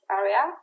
area